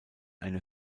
eine